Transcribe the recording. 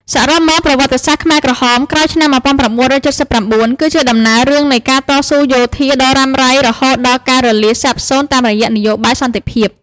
សរុបមក ប្រវត្តិសាស្ត្រខ្មែរក្រហមក្រោយឆ្នាំ១៩៧៩ គឺជាដំណើររឿងនៃការតស៊ូយោធាដ៏រ៉ាំរ៉ៃ រហូតដល់ការរលាយសាបសូន្យតាមរយៈនយោបាយសន្តិភាព។